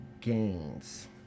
gains